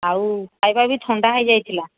ଆଉ ଖାଇବା ବି ଥଣ୍ଡା ହୋଇଯାଇଥିଲା